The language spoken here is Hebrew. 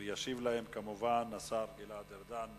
ישיב להם, כמובן, השר גלעד ארדן.